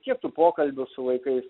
kiek tu pokalbių su vaikais